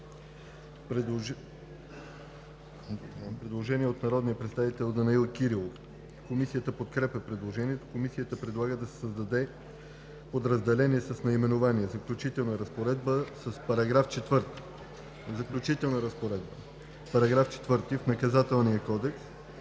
предложение от народния представител Данаил Кирилов. Комисията подкрепя предложението. Комисията предлага да се създаде подразделение с наименование „Заключителна разпоредба“ с § 4: „Заключителна разпоредба „§ 4. В Наказателния кодекс